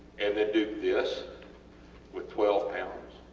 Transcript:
and then do this with twelve lbs?